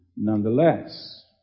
Nonetheless